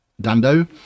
dando